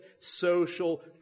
social